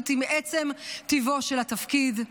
היא מעצם טבעו של התפקיד,